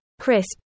crisp